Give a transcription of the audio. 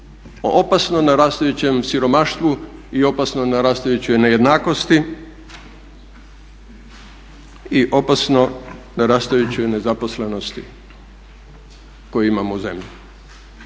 opasno narastajućem siromaštvu i opasno narastajućoj nejednakosti i opasno narastajućoj nezaposlenosti koju imamo u zemlji.